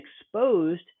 exposed